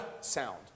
sound